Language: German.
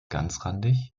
ganzrandig